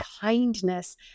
kindness